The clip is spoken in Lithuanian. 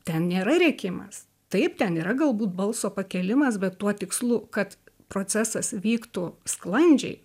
ten nėra rėkimas taip ten yra galbūt balso pakėlimas bet tuo tikslu kad procesas vyktų sklandžiai